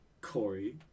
Corey